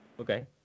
Okay